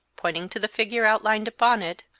pointing to the figure outlined upon it,